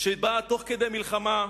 שבאה תוך כדי מלחמה.